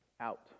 out